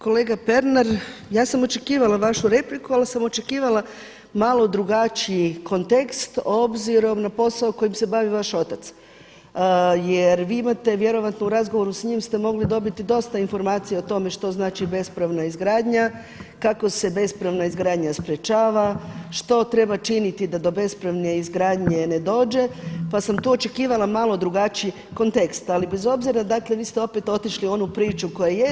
Kolega Pernar, ja sam očekivala vašu repliku ali sam očekivala malo drugačiji kontekst obzirom na posao kojim se bavi vaš otac jer vi imate vjerojatno u razgovoru s njim ste mogli dobiti dosta informacija o tome što znači bespravna izgradnja, kako se bespravna izgradnja sprječava, što treba činiti da do bespravne izgradnje ne dođe pa sam tu očekivala malo drugačiji kontekst, ali bez obzira dakle vi ste opet otišli u onu priču koja je.